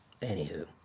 Anywho